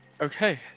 Okay